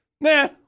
Nah